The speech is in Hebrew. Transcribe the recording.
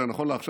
זה נכון לעכשיו,